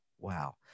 wow